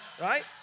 right